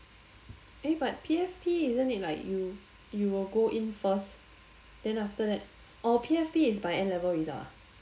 eh but P_F_P isn't it like you you will go in first then after that orh P_F_P is by n'level result ah